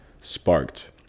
sparked